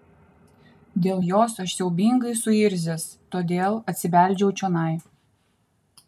dėl jos aš siaubingai suirzęs todėl atsibeldžiau čionai